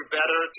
better